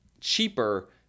cheaper